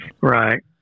right